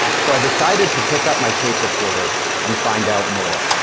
so i decided to pick up my tape recorder and find out more.